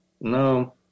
no